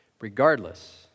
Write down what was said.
Regardless